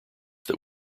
that